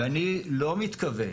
ואני לא מתכוון,